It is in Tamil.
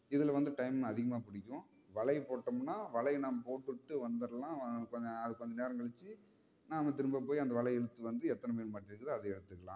இதில் வந்து டைம் அதிகமாக பிடிக்கும் வலை போட்டோம்னால் வலை நம்ம போட்டுப்புட்டு வந்துரலாம் கொஞ்சநாள் கொஞ்ச நேரங்கழிச்சு நாம திரும்ப போய் அந்த வலையை இழுத்துட்டு வந்து எத்தனை மீன் மாட்டிருக்குதோ அதை எடுத்துக்கலாம்